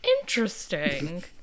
interesting